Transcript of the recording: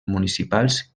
municipals